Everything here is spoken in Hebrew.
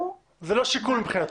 זה לא שיקול מבחנתכם.